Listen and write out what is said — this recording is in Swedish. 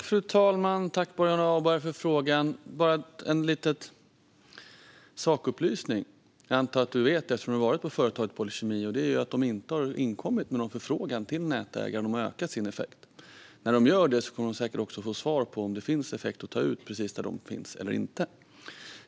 Fru talman! Tack, Boriana Åberg, för frågan! Bara en liten sakupplysning: Jag antar att du, eftersom du har besökt företaget Polykemi, vet att de inte har inkommit med någon förfrågan till nätägaren om att öka sin effekt. När de gör det kommer de säkert få svar på om det finns någon effekt att ta ut precis där de finns eller inte.